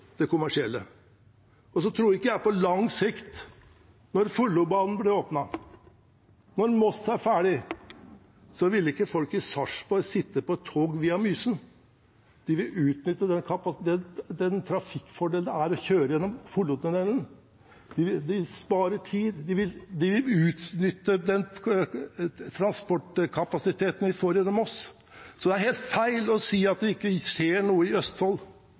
det kommersielle. På lang sikt tror jeg ikke når Follobanen blir åpnet og Moss er ferdig, at folk i Sarpsborg vil sitte på et tog via Mysen. De vil utnytte den trafikkfordelen det er å kjøre gjennom Follotunnelen. De sparer tid. De vil utnytte den transportkapasiteten vi får gjennom Moss. Det er helt feil å si at det ikke skjer noe i Østfold.